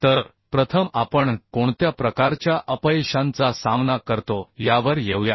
तर प्रथम आपण कोणत्या प्रकारच्या अपयशांचा सामना करतो यावर येऊया